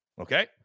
Okay